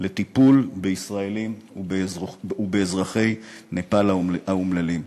לטיפול בישראלים ובאזרחי נפאל האומללים.